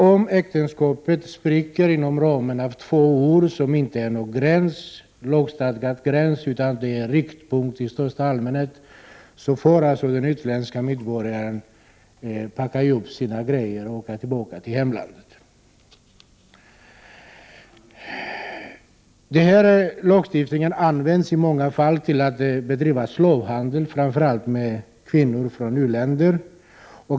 Om äktenskapet spricker inom ramen av två år, som inte är någon lagstadgad gräns utan en riktpunkt i största allmänhet, får alltså den utländska medborgaren packa ihop sina grejor och åka tillbaka till hemlandet. Den här lagstiftningen utnyttjas i många fall för att bedriva slavhandel med framför allt kvinnor från u-länder.